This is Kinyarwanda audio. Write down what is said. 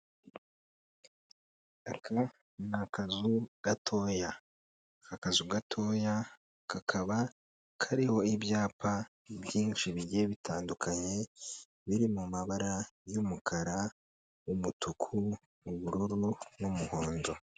Aka ni akazu gatoya, aka kazu gatoya kakaba kariho ibyapa byinshi bigiye bitandukanye, biri mabara y'umukara, umutuku, ubururu n'umuhondo.